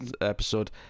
episode